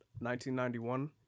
1991